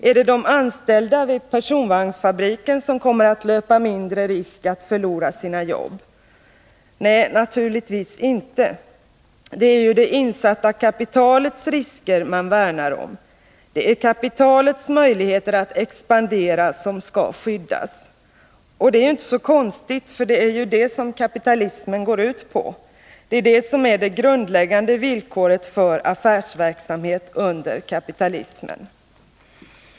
Är det de anställda vid personvagnsfabriken som kommer att löpa mindre risk att förlora sina jobb? Nej, naturligtvis inte. Det är ju det insatta kapitalets risker man värnar om. Det är kapitalets möjligheter att expandera som skall skyddas. Och det är ju inte så konstigt, för det är detta som kapitalismen går ut på. Det är detta som är det grundläggande villkoret för affärsverksamhet under kapitalismen.